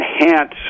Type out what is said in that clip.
enhance